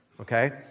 Okay